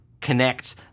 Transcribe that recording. connect